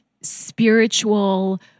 spiritual